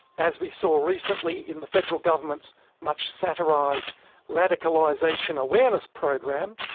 as we saw recently in the federal government's much satirised radicalisation awareness program,